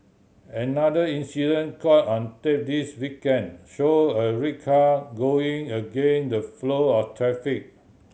another incident caught on tape this weekend showed a red car going against the flow of traffic